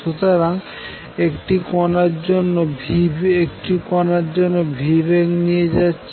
সুতরাং একটি কণার জন্য v বেগ নিয়ে যাচ্ছে